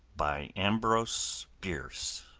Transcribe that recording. by ambrose bierce